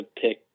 pick